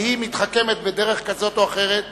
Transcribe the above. והיא מתחכמת בדרך כזאת או אחרת,